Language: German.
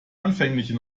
anfänglichen